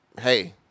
Hey